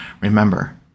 Remember